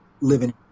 living